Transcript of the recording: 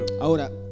Ahora